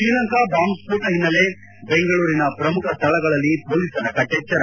Sri Lanka bomb ಸ್ತೋಟ ಹಿನ್ನೆಲೆ ಬೆಂಗಳೂರಿನ ಪ್ರಮುಖ ಸ್ಥಳಗಳಲ್ಲಿ ಪೊಲೀಸರ ಕಟ್ಟೆಚ್ಚರ